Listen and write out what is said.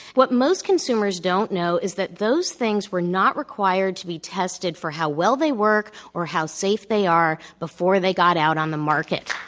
what most consumers don't know is that those things were not required to be tested for how well they work or how safe they are before they got out on the market.